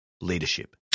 leadership